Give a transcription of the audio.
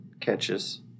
catches